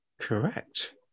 Correct